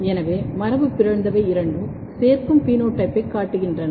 எனவே மரபுபிறழ்ந்தவை இரண்டும் சேர்க்கும் பினோடைப்பைக் காட்டுகின்றன